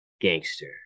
gangster